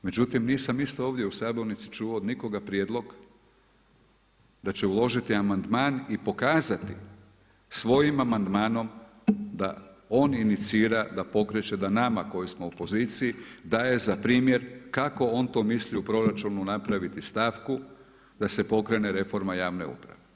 Međutim, nisam isto ovdje u sabornici čuo od nikoga prijedlog da će uložiti amandman i pokazati svojim amandmanom da on inicira da pokreće da nama koji smo u poziciji daje za primjer kako on to misli u proračunu napraviti stavku da se pokrene reforma javne uprave.